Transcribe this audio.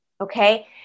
okay